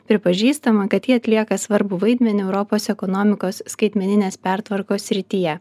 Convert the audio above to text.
pripažįstama kad ji atlieka svarbų vaidmenį europos ekonomikos skaitmeninės pertvarkos srityje